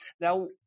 Now